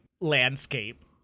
landscape